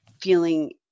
feeling